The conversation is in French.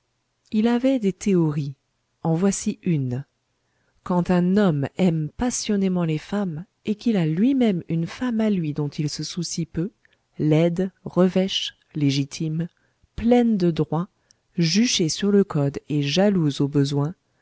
il avait des théories en voici une quand un homme aime passionnément les femmes et qu'il a lui-même une femme à lui dont il se soucie peu laide revêche légitime pleine de droits juchée sur le code et jalouse au besoin